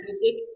music